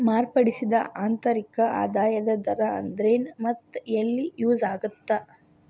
ಮಾರ್ಪಡಿಸಿದ ಆಂತರಿಕ ಆದಾಯದ ದರ ಅಂದ್ರೆನ್ ಮತ್ತ ಎಲ್ಲಿ ಯೂಸ್ ಆಗತ್ತಾ